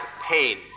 pain